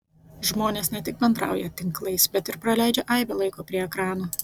žmonės ne tik bendrauja tinklais bet ir praleidžia aibę laiko prie ekranų